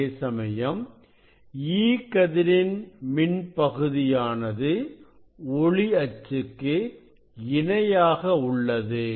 அதேசமயம் E கதிரின் மின் பகுதியானது ஒளி அச்சுக்கு இணையாக உள்ளது